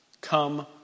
come